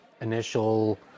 initial